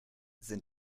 sind